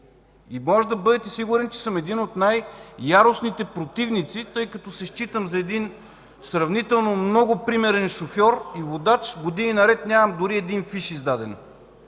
Може да бъдете сигурен, че съм един от най-яростните противници, тъй като се считам за един сравнително много примерен шофьор и водач. Години наред нямам издаден